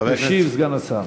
ישיב סגן השר.